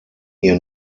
ihr